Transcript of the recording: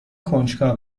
کنجکاو